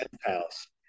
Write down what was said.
house